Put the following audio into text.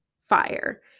fire